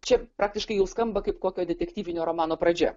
čia praktiškai jau skamba kaip kokio detektyvinio romano pradžia